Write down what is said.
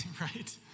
right